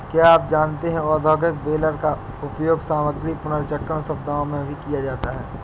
क्या आप जानते है औद्योगिक बेलर का उपयोग सामग्री पुनर्चक्रण सुविधाओं में भी किया जाता है?